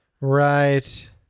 Right